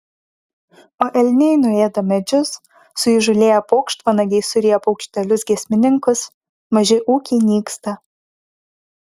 o elniai nuėda medžius suįžūlėję paukštvanagiai suryja paukštelius giesmininkus maži ūkiai nyksta